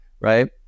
right